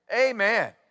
Amen